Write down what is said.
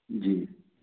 जी